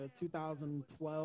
2012